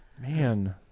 man